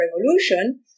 revolution